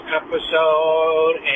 episode